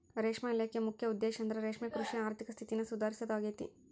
ರೇಷ್ಮೆ ಇಲಾಖೆಯ ಮುಖ್ಯ ಉದ್ದೇಶಂದ್ರ ರೇಷ್ಮೆಕೃಷಿಯ ಆರ್ಥಿಕ ಸ್ಥಿತಿನ ಸುಧಾರಿಸೋದಾಗೇತಿ